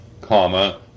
comma